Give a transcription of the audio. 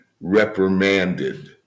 reprimanded